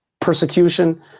persecution